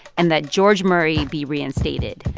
and that george murray be reinstated.